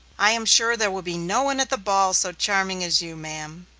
i am sure there will be no one at the ball so charming as you, ma'am.